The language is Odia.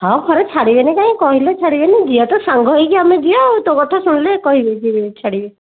ହଁ ଘରେ ଛାଡ଼ିବେନି କାଇଁ କହିଲେ ଛାଡ଼ିବେନି ଯିବା ତ ସାଙ୍ଗ ହେଇକି ଆମେ ଯିବା ଆଉ ତୋ କଥା ଶୁଣିଲେ କହିବି ଯିବେ ଛାଡ଼ିବେ